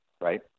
Right